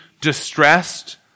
distressed